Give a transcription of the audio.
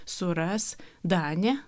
suras danė